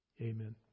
amen